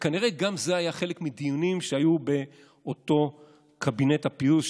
וכנראה גם זה היה חלק מדיונים שהיו באותו קבינט פיוס,